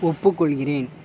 ஒப்புக்கொள்கிறேன்